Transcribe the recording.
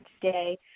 today